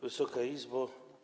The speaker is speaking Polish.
Wysoka Izbo!